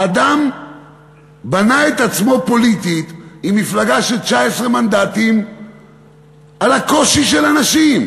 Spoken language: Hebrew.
האדם בנה את עצמו פוליטית עם מפלגה של 19 מנדטים על הקושי של אנשים,